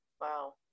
Wow